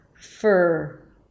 Fur